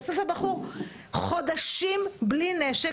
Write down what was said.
ובסוף הבחור כבר חודשים בלי נשק,